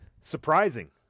surprising